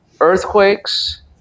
earthquakes